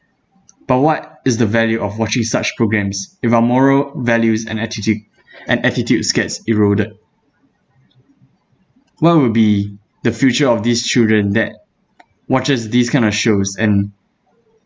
but what is the value of watching such programmes if our moral values and attitu~ and attitudes gets eroded what will be the future of these children that watches this kind of shows and